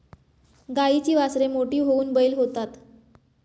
गाईची वासरे मोठी होऊन बैल होतात